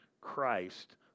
Christ